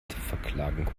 verklagen